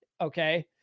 Okay